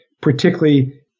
particularly